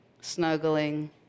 snuggling